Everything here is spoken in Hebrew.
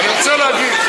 אני רוצה להגיב.